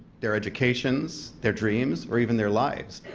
their education? their dreams? or even their lives?